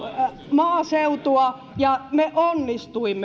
maaseutua ja me onnistuimme